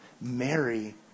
Mary